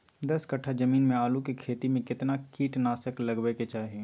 दस कट्ठा जमीन में आलू के खेती म केतना कीट नासक लगबै के चाही?